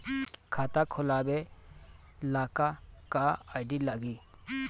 खाता खोलाबे ला का का आइडी लागी?